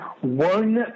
one